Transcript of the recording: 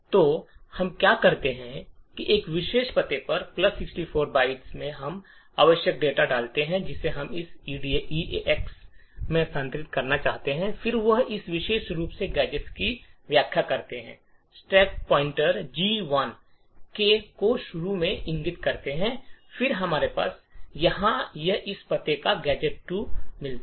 तो हम क्या करते हैं कि एक विशेष पते पर 64 बाइट्स में हम आवश्यक डेटा डालते हैं जिसे हम ईरेक्स रजिस्टर में स्थानांतरित करना चाहते हैं फिर हम इस विशेष रूप में गैजेट्स की व्यवस्था करते हैंस्टैक पॉइंटर जी 1 को शुरू में इंगित कर रहा है फिर हमारे पास यहां पर यह पता और गैजेट 2 है